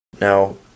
Now